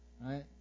right